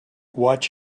watch